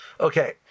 Okay